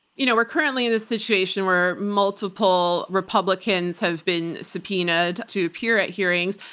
you know we're currently in a situation where multiple republicans have been subpoenaed to appear at hearings.